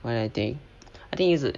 well I think I think it's a